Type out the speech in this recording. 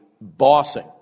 bossing